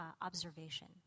observation